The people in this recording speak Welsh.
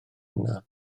yno